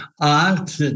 Art